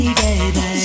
baby